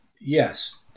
yes